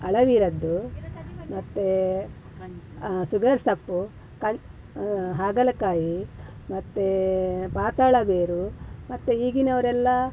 ಅಳವಿರದ್ದು ಮತ್ತೆ ಸುಗರ್ ಸಪ್ಪು ಕನ್ ಹಾಗಲಕಾಯಿ ಮತ್ತೆ ಪಾತಾಳ ಬೇರು ಮತ್ತೆ ಈಗಿನವರೆಲ್ಲ